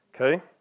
Okay